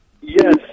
Yes